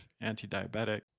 anti-diabetic